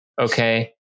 Okay